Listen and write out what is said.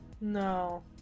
No